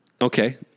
Okay